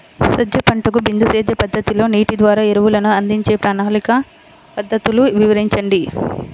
సజ్జ పంటకు బిందు సేద్య పద్ధతిలో నీటి ద్వారా ఎరువులను అందించే ప్రణాళిక పద్ధతులు వివరించండి?